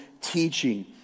teaching